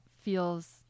feels